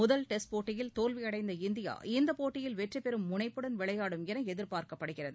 முதல் டெஸ்ட் போட்டியில் தோல்வியடைந்த இந்தியா இப்போட்டியில் வெற்றிபெறும் முனைப்புடன் விளையாடும் என எதிர்பார்க்கப்படுகிறது